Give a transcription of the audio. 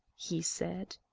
he said.